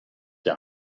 der